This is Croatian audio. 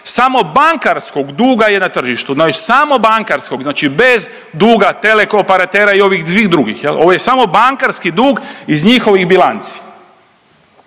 samo bankarskog duga je na tržištu, znači samo bankarsko, znači bez duga tele… operatera i ovih drugih ovo je samo bankarski dug iz njihovih bilanci,